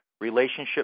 relationship